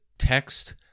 text